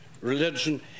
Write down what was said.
religion